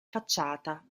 facciata